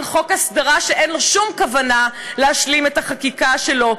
חוק הסדרה שאין לו שום כוונה להשלים את החקיקה שלו,